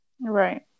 right